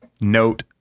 Note